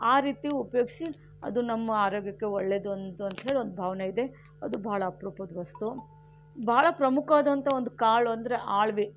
ಆ ರೀತಿ ಉಪಯೋಗಿಸಿ ಅದು ನಮ್ಮ ಆರೋಗ್ಯಕ್ಕೆ ಒಳ್ಳೆಯದು ಅಂತಂತ ಹೇಳಿ ಒಂದು ಭಾವನೆ ಇದೆ ಅದು ಬಹಳ ಅಪರೂಪದ ವಸ್ತು ಬಹಳ ಪ್ರಮುಖವಾದಂತಹ ಒಂದು ಕಾಳು ಅಂದರೆ ಅಳವಿ